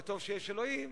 וטוב שיש אלוהים,